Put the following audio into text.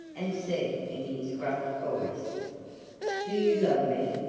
and said in his gruff voice do you love me,